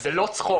זה לא צחוק,